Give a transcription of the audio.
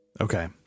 Okay